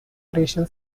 racial